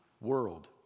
world